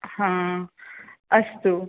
आम् अस्तु